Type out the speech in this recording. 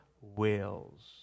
wills